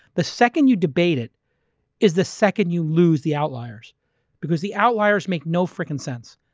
the second you debate it is the second you lose the outliers because the outliers make no freaking sense.